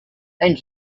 and